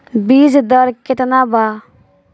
बीज दर केतना बा?